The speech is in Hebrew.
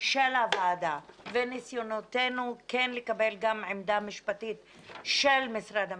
של הוועדה וניסיונותינו כן לקבל גם עמדה משפטית של משרד המשפטים,